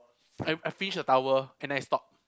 I I finish the tower and I stop